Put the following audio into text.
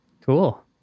Cool